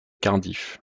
cardiff